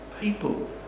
people